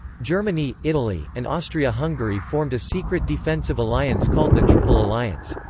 germany, italy, and austria-hungary formed a secret defensive alliance called the triple alliance.